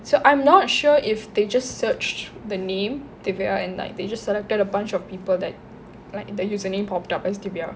so I'm not sure if they just searched the name if you are in like they just selected a bunch of people that like their username popped up as to a